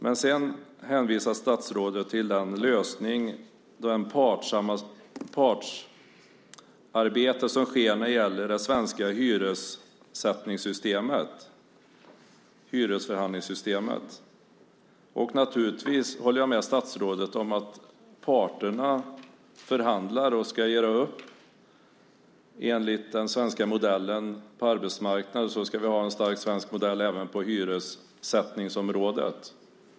Men sedan hänvisar statsrådet till lösningen med det partsarbete som sker när det gäller det svenska hyressättningssystemet, hyresförhandlingssystemet. Naturligtvis håller jag med statsrådet i fråga om att parterna förhandlar och ska göra upp. Enligt den svenska modellen på arbetsmarknaden ska vi ha en stark svensk modell även på hyressättningsområdet.